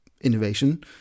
innovation